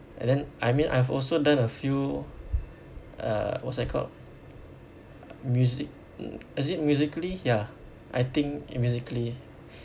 and then I mean I've also done a few uh what's that called music is it Musically ya I think Musically